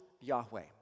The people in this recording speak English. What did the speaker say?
Yahweh